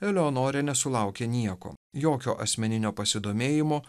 eleonorė nesulaukė nieko jokio asmeninio pasidomėjimo